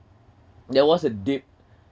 there was a dip